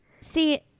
see